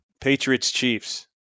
Patriots-Chiefs